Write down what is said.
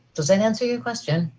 does that answer your question?